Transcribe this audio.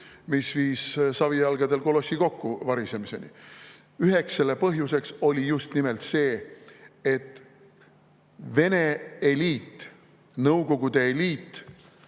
mis viis savijalgadel kolossi kokkuvarisemiseni. Üheks selle põhjuseks oli just nimelt see, et Vene eliit, Nõukogude eliit